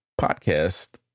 Podcast